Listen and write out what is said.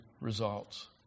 results